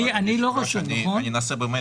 אני לא רשום, נכון?